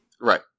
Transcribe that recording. Right